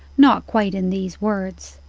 not quite in these words.